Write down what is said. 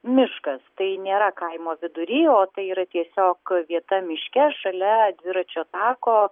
miškas tai nėra kaimo vidury o tai yra tiesiog vieta miške šalia dviračio tako